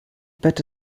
put